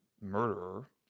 murderer